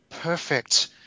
perfect